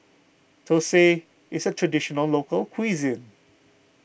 Thosai is a Traditional Local Cuisine